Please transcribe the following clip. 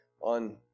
On